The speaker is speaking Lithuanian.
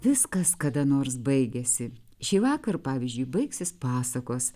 viskas kada nors baigiasi šįvakar pavyzdžiui baigsis pasakos